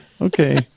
Okay